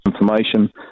information